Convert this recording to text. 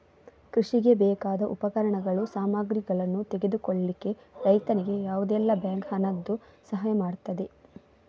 ಕೃಷಿಗೆ ಬೇಕಾದ ಉಪಕರಣಗಳು, ಸಾಮಗ್ರಿಗಳನ್ನು ತೆಗೆದುಕೊಳ್ಳಿಕ್ಕೆ ರೈತನಿಗೆ ಯಾವುದೆಲ್ಲ ಬ್ಯಾಂಕ್ ಹಣದ್ದು ಸಹಾಯ ಮಾಡ್ತದೆ?